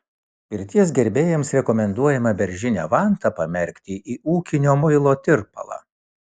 pirties gerbėjams rekomenduojama beržinę vantą pamerkti į ūkinio muilo tirpalą